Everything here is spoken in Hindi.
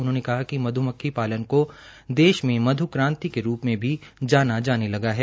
उन्होंने कहा कि मध्मक्खी पालन को देश में मध् क्रांति के रूप में जाना जाने लगा है